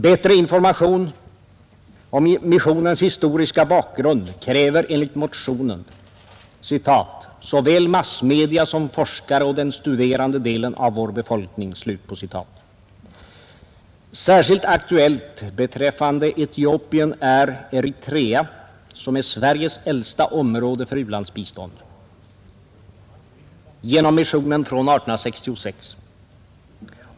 Bättre information om missionens historiska bakgrund kräver enligt motionen ”såväl massmedia som forskare och den studerande delen av vår befolkning”. Särskilt aktuellt beträffande Etiopien är Eritrea, som är Sveriges äldsta område för u-landsbistånd — genom missionen från 1866.